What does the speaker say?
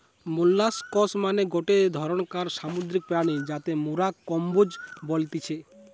molluscs মানে গটে ধরণকার সামুদ্রিক প্রাণী যাকে মোরা কম্বোজ বলতেছি